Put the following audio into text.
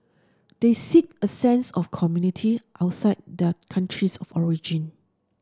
they seek a sense of community outside their countries of origin